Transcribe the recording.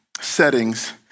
settings